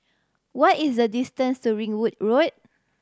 what is the distance to Ringwood Road